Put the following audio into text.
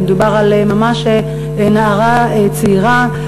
ומדובר ממש על נערה צעירה.